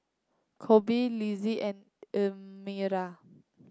Korbin Litzy and Elmira